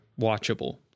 watchable